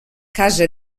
casa